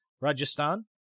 Rajasthan